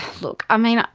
look, i mean,